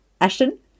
Ashton